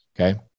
Okay